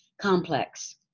complex